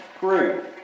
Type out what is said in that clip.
grew